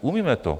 Umíme to.